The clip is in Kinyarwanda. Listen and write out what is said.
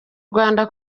rwanda